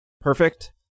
perfect